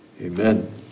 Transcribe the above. Amen